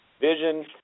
Vision